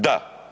Da.